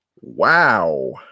Wow